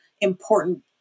important